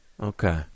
Okay